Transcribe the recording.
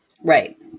right